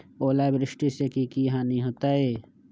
ओलावृष्टि से की की हानि होतै?